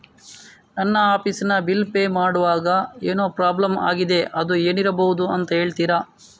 ನನ್ನ ಆಫೀಸ್ ನ bill pay ಮಾಡ್ವಾಗ ಏನೋ ಪ್ರಾಬ್ಲಮ್ ಆಗಿದೆ ಅದು ಏನಿರಬಹುದು ಅಂತ ಹೇಳ್ತೀರಾ?